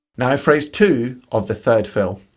now phrase two of the third fill.